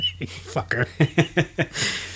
Fucker